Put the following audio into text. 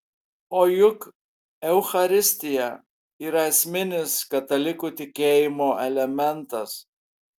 o juk eucharistija yra esminis katalikų tikėjimo elementas